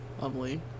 Lovely